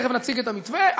תכף נציג את המתווה,